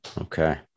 okay